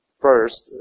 first